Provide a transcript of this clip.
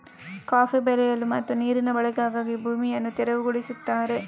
coffee ಬೆಳೆಯಲು ಮತ್ತು ನೀರಿನ ಬಳಕೆಗಾಗಿ ಭೂಮಿಯನ್ನು ತೆರವುಗೊಳಿಸುತ್ತಾರೆ